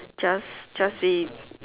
just just see